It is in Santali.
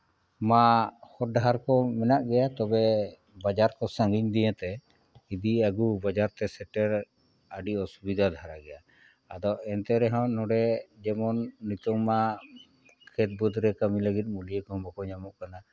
ᱢᱟ ᱦᱚᱨ ᱰᱟᱦᱟᱨ ᱠᱚ ᱢᱮᱱᱟᱜ ᱜᱮᱭᱟ ᱛᱚᱵᱮ ᱵᱟᱡᱟᱨ ᱠᱚ ᱥᱟᱺᱜᱤᱧ ᱫᱤᱭᱮ ᱛᱮ ᱤᱫᱤ ᱟᱹᱜᱩ ᱵᱟᱡᱟᱨ ᱛᱮ ᱥᱮᱱ ᱠᱟᱛᱮᱫ ᱟᱹᱰᱤ ᱚᱥᱩᱵᱤᱫᱷᱟ ᱫᱷᱟᱨᱟ ᱜᱮᱭᱟ ᱟᱫᱚ ᱮᱱᱛᱮ ᱨᱮᱦᱚᱸ ᱱᱚᱰᱮ ᱡᱮᱢᱚᱱ ᱱᱤᱛᱚᱝ ᱢᱟ ᱠᱷᱮᱛ ᱵᱟᱹᱫᱽ ᱨᱮ ᱠᱟᱹᱢᱤ ᱞᱟᱹᱜᱤᱫ ᱢᱩᱞᱭᱟᱹ ᱠᱚᱦᱚᱸ ᱵᱟᱠᱚ ᱧᱟᱢᱚᱜ ᱠᱟᱱᱟ